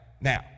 now